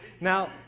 Now